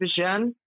vision